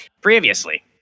Previously